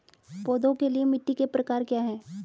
पौधों के लिए मिट्टी के प्रकार क्या हैं?